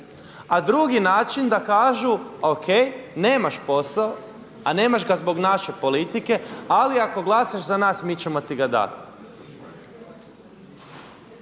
A drugi način da kažu o.k. nemaš posao, a nemaš ga zbog naše politike, ali ako glasaš za nas mi ćemo ti ga dati.